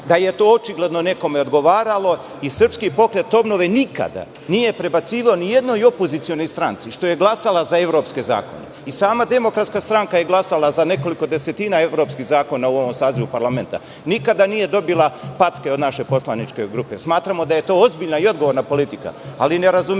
da to očigledno nekome odgovara. Srpski pokret obnove nikada nije prebacivao u jednoj opozicionoj stranci što je glasala za evropske zakone. Sama DS je glasala za nekoliko desetina evropskih zakona u ovom sazivu parlamenta. Nikada nije dobila packe od naše poslaničke grupe. Smatramo da je to ozbiljna i odgovorna politika, ali ne razumemo